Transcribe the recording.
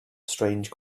strange